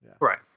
Right